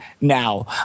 now